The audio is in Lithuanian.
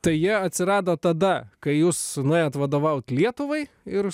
tai jie atsirado tada kai jūs nuėjot vadovaut lietuvai ir